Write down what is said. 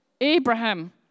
Abraham